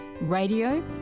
radio